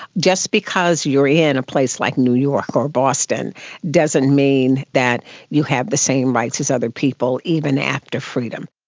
just because you're in a place like new york or boston doesn't mean that you have the same rights as other people, even after freedom.